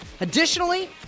Additionally